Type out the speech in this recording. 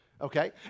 Okay